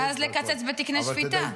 -- ואז לקצץ בתקני שפיטה.